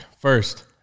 first